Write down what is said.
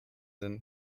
sinne